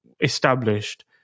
established